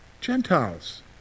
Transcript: Gentiles